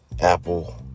Apple